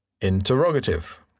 Interrogative